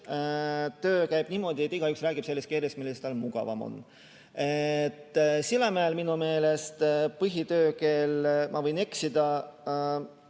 töö niimoodi, et igaüks räägib selles keeles, milles tal mugavam on. Sillamäel minu meelest on põhitöökeel – ma võin küll